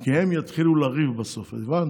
כי הם יתחילו לריב בסוף, הבנת?